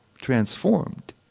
transformed